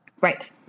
Right